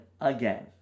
again